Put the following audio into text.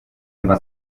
einen